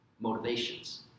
motivations